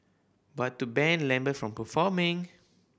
but to ban Lambert from performing